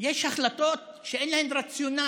יש החלטות שאין להן רציונל